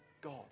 God